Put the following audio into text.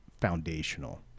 foundational